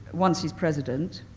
once he's president,